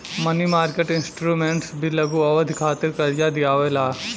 मनी market instruments भी लघु अवधि खातिर कार्जा दिअवावे ला